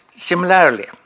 Similarly